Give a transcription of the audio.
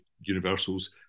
universals